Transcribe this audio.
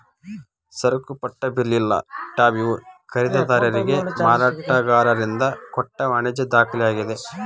ಸರಕುಪಟ್ಟ bill ಇಲ್ಲಾ tab ಇವು ಖರೇದಿದಾರಿಗೆ ಮಾರಾಟಗಾರರಿಂದ ಕೊಟ್ಟ ವಾಣಿಜ್ಯ ದಾಖಲೆಯಾಗಿದೆ